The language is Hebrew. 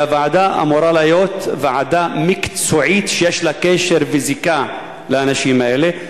והוועדה אמורה להיות ועדה מקצועית שיש לה קשר וזיקה לאנשים האלה.